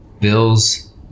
Bills